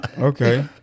Okay